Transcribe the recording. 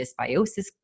dysbiosis